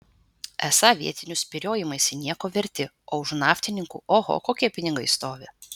esą vietinių spyriojimaisi nieko verti o už naftininkų oho kokie pinigai stovi